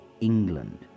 England